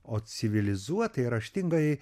o civilizuotai raštingajai